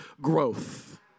growth